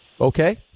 Okay